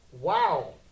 Wow